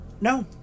No